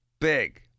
Big